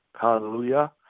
hallelujah